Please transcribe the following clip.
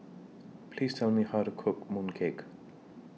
Please Tell Me How to Cook Mooncake